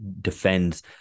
defends